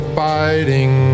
fighting